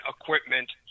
equipment